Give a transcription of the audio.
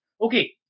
Okay